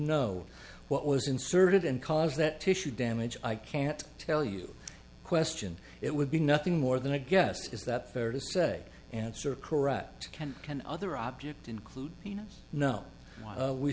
no what was inserted and cause that tissue damage i can't tell you question it would be nothing more than a guess is that fair to say answer correct can can other object include you know